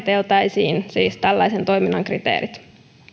säännöksessä määriteltäisiin siis tällaisen toiminnan kriteerit